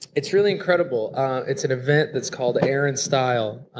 it's really incredible it's an event that's called air and style.